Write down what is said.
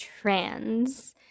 trans